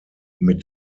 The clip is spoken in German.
mit